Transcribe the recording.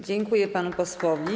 Dziękuję panu posłowi.